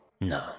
No